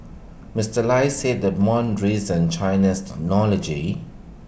Mister lei said that one reason China's technology